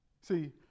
See